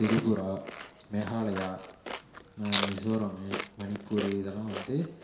திரிபுரா மேகாலயா மிசோராம் மணிப்பூர் இதெல்லாம் வந்து